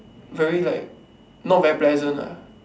very like not very pleasant ah